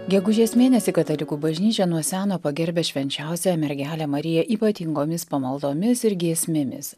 gegužės mėnesį katalikų bažnyčia nuo seno pagerbia švenčiausiąją mergelę mariją ypatingomis pamaldomis ir giesmėmis